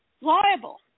liable